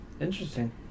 interesting